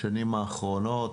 בשנים האחרונות,